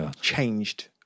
changed